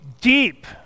deep